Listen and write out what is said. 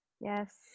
Yes